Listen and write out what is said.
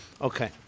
Okay